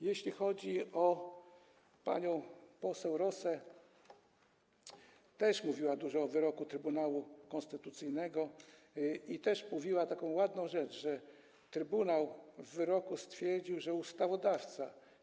Jeśli chodzi o panią poseł Rosę, to mówiła pani dużo o wyroku Trybunału Konstytucyjnego i powiedziała tak ładnie, że trybunał w wyroku stwierdził, że ustawodawca.